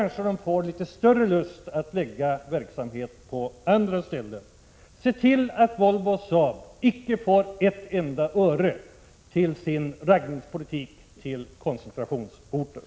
Då får de kanske litet större lust än de nu har att lägga verksamheten på andra ställen. Se till att Volvo och Saab inte får ett enda öre till sin raggning av arbetskraft till koncentrationsorterna.